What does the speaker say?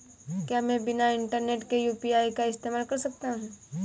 क्या मैं बिना इंटरनेट के यू.पी.आई का इस्तेमाल कर सकता हूं?